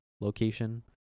location